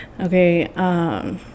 Okay